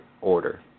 order